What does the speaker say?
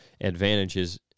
advantages